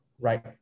right